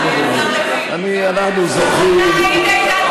אתה היית, בממשלה.